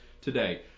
today